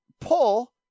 pull